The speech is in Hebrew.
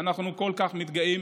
שאנחנו כל כך מתגאים